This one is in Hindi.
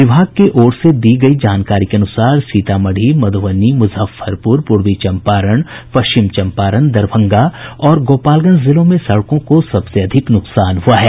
विभाग की ओर से दी गयी जानकारी के अनुसार सीतामढ़ी मधुबनी मुजफ्फरपुर पूर्वी चम्पारण पश्चिम चम्पारण दरभंगा और गोपालगंज जिलों में सड़कों को सबसे अधिक नुकसान हुआ है